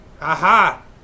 Aha